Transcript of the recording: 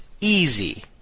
easy